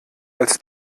als